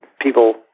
people